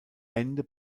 ende